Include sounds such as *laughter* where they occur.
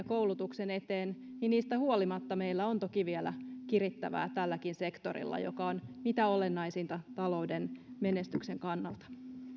*unintelligible* koulutuksen eteen meillä on toki vielä kirittävää tälläkin sektorilla mikä on mitä olennaisinta talouden menestyksen kannalta